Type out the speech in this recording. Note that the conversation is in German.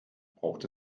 braucht